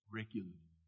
regularly